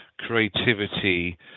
Creativity